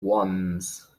ones